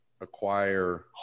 acquire